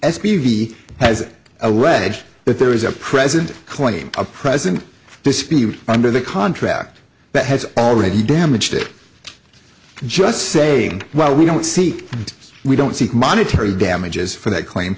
s p v has alleged that there is a president clearly a president dispute under the contract that has already damaged it just saying well we don't see we don't seek monetary damages for that claim